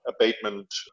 abatement